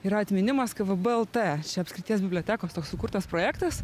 yra atminimas kvb lt čia apskrities bibliotekos toks sukurtas projektas